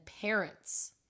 parents